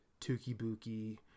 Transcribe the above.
Tukibuki